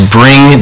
bring